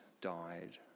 died